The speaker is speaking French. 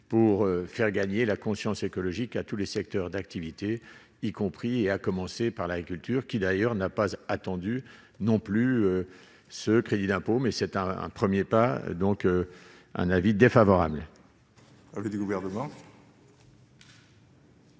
pour faire gagner la conscience écologique à tous les secteurs d'activité, y compris, à commencer par l'agriculture, qui d'ailleurs n'a pas attendu non plus, ce crédit d'impôt, mais c'est un un 1er pas donc un avis défavorable.